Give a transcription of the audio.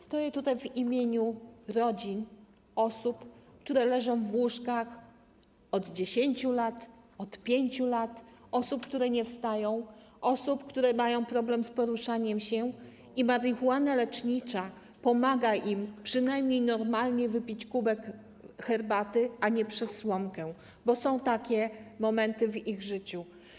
Stoję tutaj w imieniu rodzin osób, które leżą w łóżkach od 10 lat, od 5 lat, osób, które nie wstają, osób, które mają problem z poruszaniem się i marihuana lecznicza pomaga im przynajmniej normalnie wypić kubek herbaty, a nie przez słomkę, bo są takie momenty w ich życiu.